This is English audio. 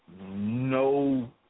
no